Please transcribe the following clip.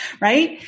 Right